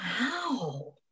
Wow